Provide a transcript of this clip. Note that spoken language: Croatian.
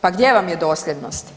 Pa gdje vam je dosljednost?